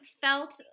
felt